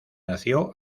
nació